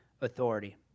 authority